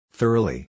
Thoroughly